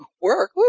work